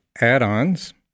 add-ons